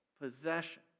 possession